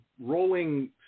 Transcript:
rolling